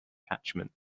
catchment